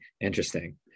interesting